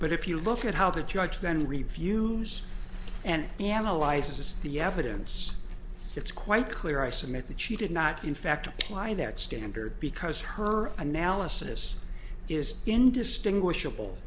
but if you look at how the judge then reviews and analyzes the evidence it's quite clear i submit that she did not in fact lie that standard because her analysis is indistinguishable